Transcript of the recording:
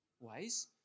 ways